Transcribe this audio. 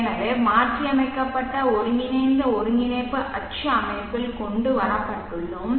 எனவே மாற்றியமைக்கப்பட்ட ஒருங்கிணைந்த ஒருங்கிணைப்பு அச்சு அமைப்பில் கொண்டு வரப்பட்டுள்ளோம்